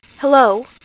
Hello